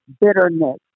bitterness